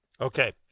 Okay